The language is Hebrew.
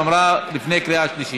והיא אמרה: לפני קריאה שלישית.